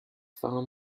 farm